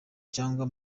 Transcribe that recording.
cyangwa